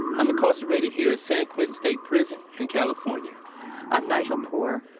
i'm incarcerated here at san quentin state prison in california i'm nigel poor,